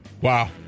Wow